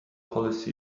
police